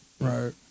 Right